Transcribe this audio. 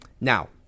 Now